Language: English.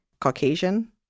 Caucasian